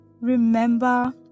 remember